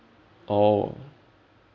oh